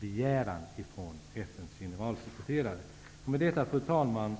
begäran från FN:s generalsekreterare. Fru talman!